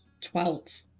Twelve